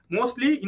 Mostly